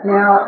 Now